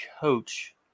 coach